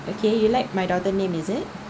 okay you'd like my daughter name is it